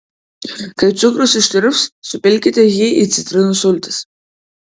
kai cukrus ištirps supilkite jį į citrinų sultis